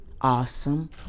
awesome